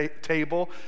table